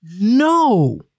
no